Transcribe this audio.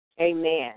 Amen